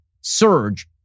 surge